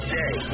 day